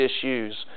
issues